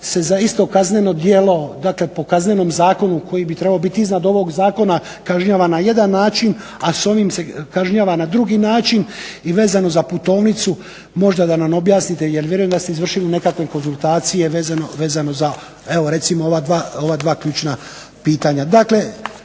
se za isto kazneno djelo, dakle po Kaznenom zakonu koji bi trebao biti iznad ovog zakona kažnjava na jedan način, a s onim se kažnjava na drugi način, i vezano za putovnicu možda da nam objasnite, jer vjerujem da ste izvršili nekakve konzultacije vezano za evo recimo ova dva ključna pitanja.